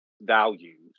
values